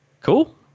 cool